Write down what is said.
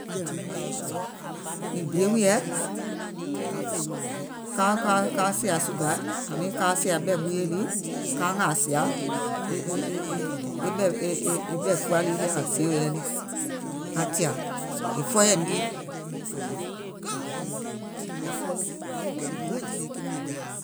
Mìŋ bie wùìyèɛ, ka ka kaa sìà sùgà, à mean kaa sìà ɓɛ̀ ɓuuyè lii, kaa ngàà sìà e e e e ɓɛ̀ fua lii àŋ sio yɛi le ka tìà, è fɔɔyɛ̀ìm jii.